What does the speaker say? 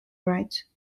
rights